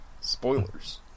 Spoilers